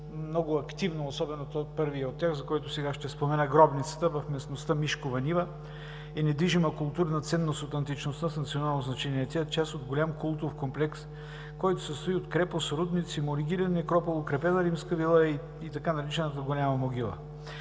много активно, особено първият от тях, за който сега ще спомена – гробницата в местността „Мишкова нива“, която е недвижима културна ценност от античността с национално значение. Тя е част от голям култов комплекс, който се състои от крепост, рудници, могилен некропол, укрепена римска вила и така наречената „Голяма могила“.